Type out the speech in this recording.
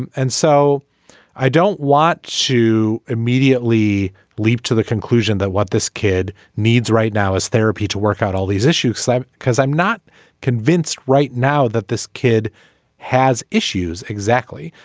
and and so i don't want to immediately leap to the conclusion that what this kid needs right now is therapy to work out all these issues because i'm not convinced right now that this kid has issues. exactly.